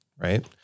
right